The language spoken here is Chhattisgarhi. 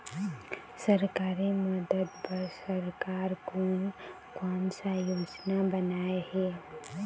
सरकारी मदद बर सरकार कोन कौन सा योजना बनाए हे?